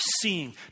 seeing